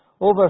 Over